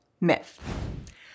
Myth